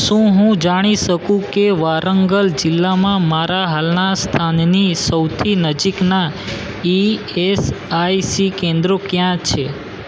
શું હું જાણી શકું કે વારંગલ જિલ્લામાં મારા હાલનાં સ્થાનની સૌથી નજીકનાં ઇ એસ આઇ સી કેન્દ્રો ક્યાં છે